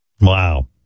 Wow